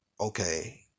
okay